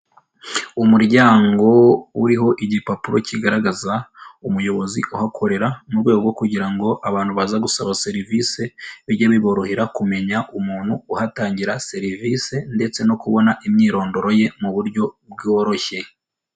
Umuryango uriho igipapuro kigaragaza umuyobozi uhakorera, mu rwego kugira ngo abantu baza gusaba serivisi bijye biborohera kumenya umuntu uhatangira serivisi ndetse no kubona imyirondoro ye mu buryo bworoshye.